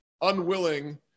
unwilling